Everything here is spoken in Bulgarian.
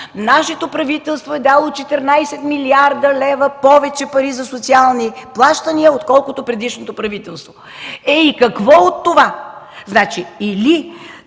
„Нашето правителство е дало 14 млрд. лв. повече пари за социални плащания отколкото предишното правителство”. Е, какво от това? Значи, или